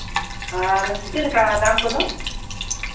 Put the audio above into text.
ᱟᱨ ᱪᱮᱫ ᱞᱮᱠᱟ ᱫᱟᱢ ᱠᱚᱫᱚ